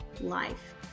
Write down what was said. life